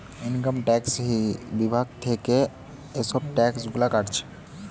income tax বিভাগ থিকে এসব ট্যাক্স গুলা কাটছে